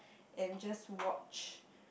and just watch